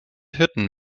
hirten